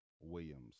Williams